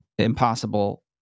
Impossible